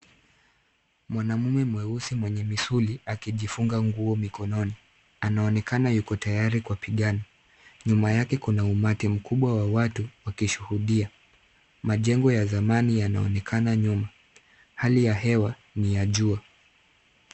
Mwanamume mweusi mwenye misuli akijifunga nguo mkononi. anaonekana yuko tayari kupigana. Nyuma yake kuna umati mkubwa wa watu wakishuhudia. Majengo ya zamani yanaonekana nyuma. hali ya hewa ni ya jua.